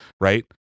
right